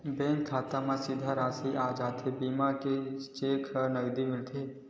Bank खाता मा सीधा राशि आ जाथे बीमा के कि चेक या नकदी मिलथे?